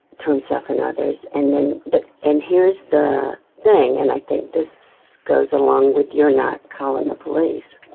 to himself and others. and and but, and here's the thing, and i think this goes along with your not calling the police,